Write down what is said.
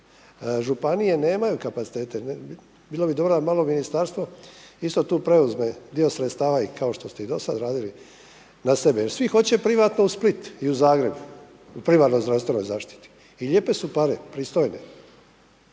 Županije nemaju kapacitete. Bilo bi dobro da malo ministarstvo isto tu preuzme dio sredstava i kao što ste i do sada radili na sebe, jer svi hoće privatno u Split i u Zagreb u privatnoj zdravstvenoj zaštiti i lijepe su pare, pristojne.